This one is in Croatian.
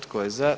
Tko je za?